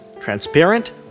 transparent